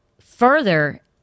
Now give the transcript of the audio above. further